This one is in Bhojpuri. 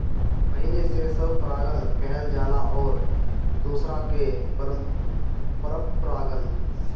पहिला से स्वपरागण कहल जाला अउरी दुसरका के परपरागण